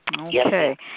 Okay